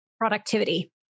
productivity